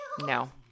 No